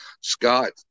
Scott